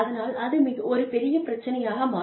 அதனால் அது ஒரு பெரிய பிரச்சினையாக மாறும்